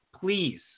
Please